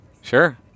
Sure